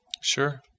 Sure